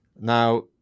Now